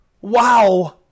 Wow